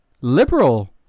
liberal